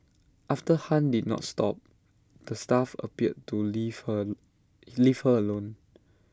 after han did not stop the staff appeared to leave her leave her alone